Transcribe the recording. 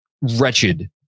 wretched